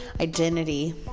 identity